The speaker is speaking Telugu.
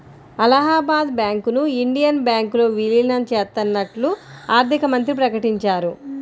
అలహాబాద్ బ్యాంకును ఇండియన్ బ్యాంకులో విలీనం చేత్తన్నట్లు ఆర్థికమంత్రి ప్రకటించారు